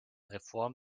reformen